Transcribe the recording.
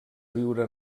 viure